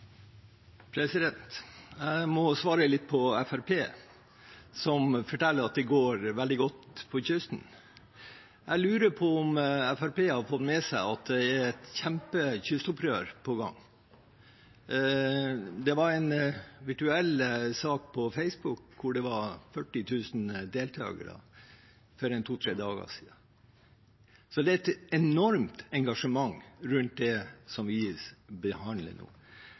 Jeg må svare litt på at Fremskrittspartiet forteller at det går veldig godt på kysten. Jeg lurer på om Fremskrittspartiet har fått med seg at det er et kjempekystopprør på gang. Det var en virtuell sak på Facebook for to–tre dager siden hvor det var 40 000 deltakere. Så det